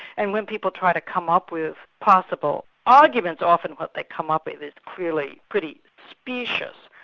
and when people try to come up with possible arguments, often what they come up with is clearly pretty specious.